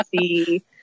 see